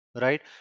right